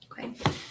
Okay